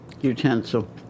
utensil